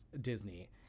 Disney